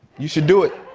you should do it.